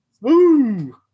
Woo